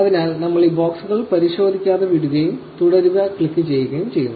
അതിനാൽ നമ്മൾ ഈ ബോക്സുകൾ പരിശോധിക്കാതെ വിടുകയും 'തുടരുക' ക്ലിക്കുചെയ്യുകയും ചെയ്യുന്നു